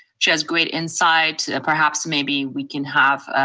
she has great insight. perhaps maybe we can have